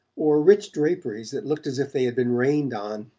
or rich draperies that looked as if they had been rained on